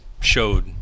showed